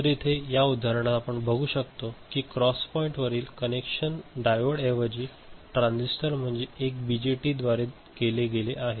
तर येथे या उदाहरणात आपण बघू शकतो की क्रॉस पॉईंटवरील कनेक्शन डायोडऐवजी ट्रान्झिस्टर म्हणजे एका बीजेटीद्वारे केले गेले आहे